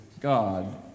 God